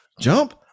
Jump